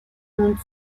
nun